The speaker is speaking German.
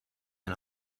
ein